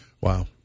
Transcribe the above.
wow